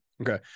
okay